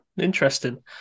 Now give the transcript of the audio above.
interesting